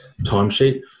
timesheet